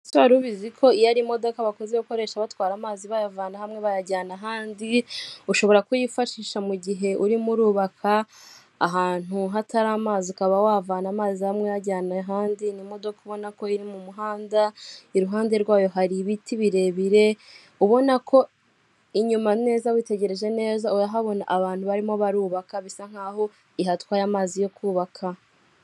Ese waru ubizi ko iyi ari imodoka kakunze gukoresha batwara amazi bayavana hamwe bayajyana ahandi ushobora kuyifashisha mugihe urimo urubaka ahantu hatari amazi iruhande rwaho hari ibiti birebire ubonako witegereje neza inyuma hari abantu bari mo kubaka bisa naho ihatwaye amazi yo kubaka.